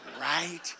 right